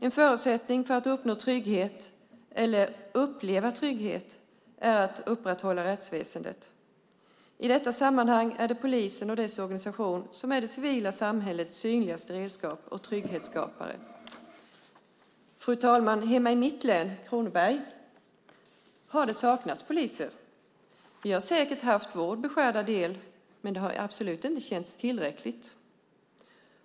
En förutsättning för att man ska uppnå eller uppleva trygghet är att rättsväsendet upprätthålls. I detta sammanhang är det polisen och dess organisation som är det civila samhällets synligaste redskap och trygghetsskapare. Fru talman! Hemma i mitt län, Kronoberg, har det saknats poliser. Vi har säkert haft vår beskärda del, men det har absolut inte känts tillräckligt.